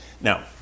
now